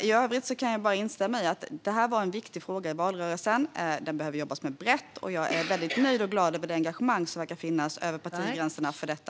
I övrigt kan jag bara instämma i att detta var en viktig fråga i valrörelsen. Den behöver jobbas med brett, och jag är väldigt nöjd med och glad över det engagemang över partigränserna som verkar finnas för detta.